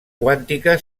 quàntica